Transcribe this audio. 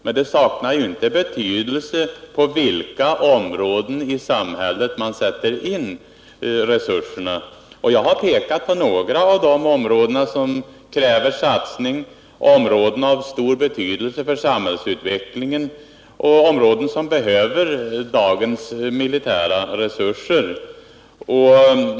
Men det saknar ju inte betydelse på vilka områden i samhället man sätter in resurserna. Jag har pekat på några av de områden som kräver satsning — områden av stor betydelse för samhällsutvecklingen och områden som behöver dagens militära resurser.